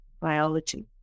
biology